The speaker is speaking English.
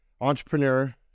entrepreneur